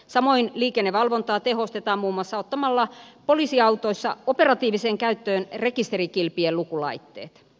samoin liikennevalvontaa tehostetaan muun muassa ottamalla poliisiautoissa operatiiviseen käyttöön rekisterikilpien lukulaitteet